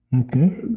Okay